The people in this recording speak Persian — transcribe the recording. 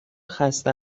خسته